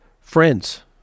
friends